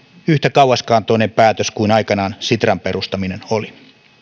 yhtä kauaskantoinen päätös kuin aikanaan sitran perustaminen oli